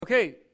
Okay